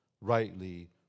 Rightly